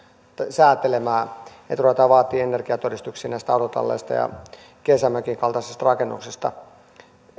säätelemään että ruvetaan vaatimaan energiatodistuksia näistä autotalleista ja kesämökin kaltaisista rakennuksista